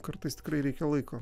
kartais tikrai reikia laiko